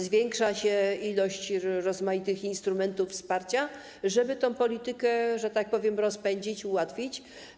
Zwiększa się ilość rozmaitych instrumentów wsparcia, żeby tę politykę, że tak powiem, rozpędzić, ułatwić.